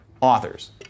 authors